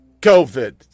covid